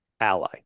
ally